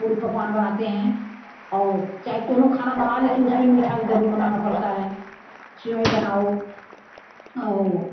पूड़ी पकवान बनाते हैं आउ चाहे कोनों खाना बनाए लेकिन उसमे मीठा तो जरूर बनाना पड़ता है चेवई बनाओ आउ